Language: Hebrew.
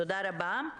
תודה רבה.